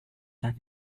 than